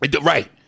Right